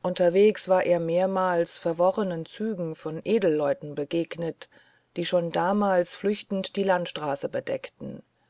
unterweges war er mehrmals verworrenen zügen von edelleuten begegnet die schon damals flüchtend die landstraßen bedeckten